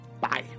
Bye